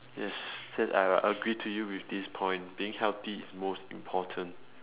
yes that I will agree to you with this point being healthy is most important